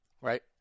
right